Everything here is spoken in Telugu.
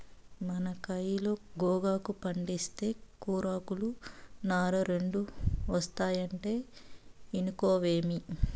మన కయిలో గోగాకు పంటేస్తే కూరాకులు, నార రెండూ ఒస్తాయంటే ఇనుకోవేమి